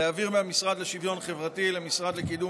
להעביר מהמשרד לשוויון חברתי למשרד לקידום